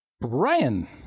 Brian